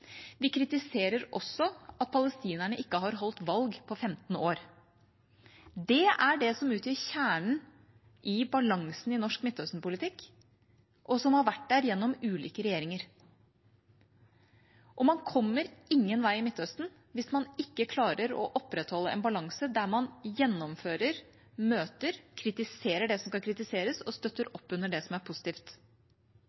Vi kritiserer også at palestinerne ikke har holdt valg på 15 år. Det er det som utgjør kjernen i balansen i norsk Midtøsten-politikk, og som har vært der gjennom ulike regjeringer. Man kommer ingen vei i Midtøsten hvis man ikke klarer å opprettholde en balanse der man gjennomfører møter, kritiserer det som skal kritiseres, og støtter